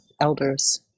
elders